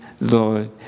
Lord